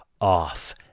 off